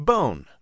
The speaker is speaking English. Bone